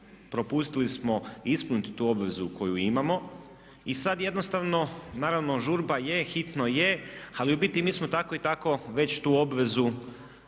propustili smo ispuniti tu obvezu koju imamo i sada jednostavno, naravno žurba je, hitno je, ali u biti mi smo tako i tako već tu obvezu,